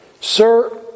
Sir